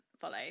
follow